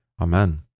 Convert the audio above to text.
Amen